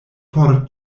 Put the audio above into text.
por